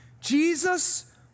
Jesus